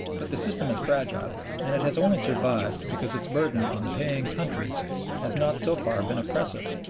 but the system is fragile and it has only survived because its burden on the paying countries has not so far been oppressive,